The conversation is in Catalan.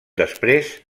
després